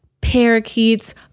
parakeets